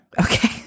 okay